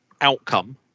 outcome